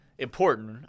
Important